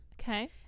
okay